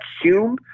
Hume